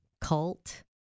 cult